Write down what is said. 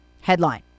Headline